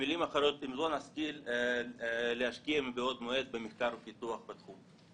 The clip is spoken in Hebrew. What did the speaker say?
במילים אחרות אם לא נשכיל להשקיע מבעוד מועד במחקר ופיתוח בתחום.